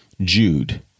Jude